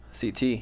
CT